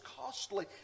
costly